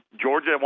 Georgia